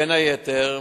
בין היתר,